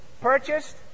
purchased